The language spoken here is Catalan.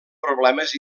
problemes